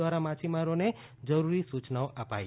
દ્વારા માછીમારોને જરૂરી સૂચનાઓ અપાઇ